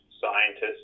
scientists